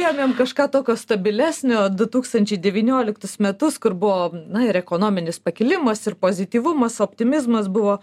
ėmėm kažką tokio stabilesnio du tūkstančiai devynioliktus metus kur buvo na ir ekonominis pakilimas ir pozityvumas optimizmas buvo